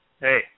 Hey